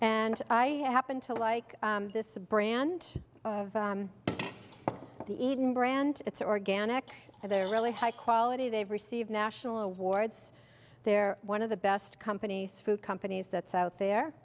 and i happen to like this a brand of the eden brand it's organic and they're really high quality they've received national awards they're one of the best companies food companies that's out there